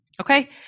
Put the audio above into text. Okay